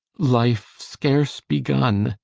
life scarce begun,